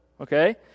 Okay